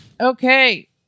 Okay